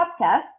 podcast